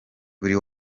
buri